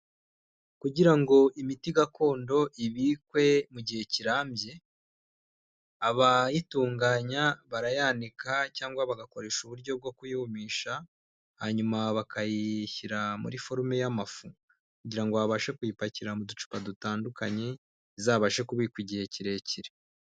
Kugira ngo imiti gakondo ibikwe mu gihe kirambye abayitunganya barayanika cyangwa bagakoresha uburyo bwo kuyumisha hanyuma bakayishyira muri forume y'amafu kugira ngo babashe kuyipakira mu ducupa dutandukanye izabashe kubikwa igihe kirekire.